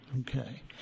Okay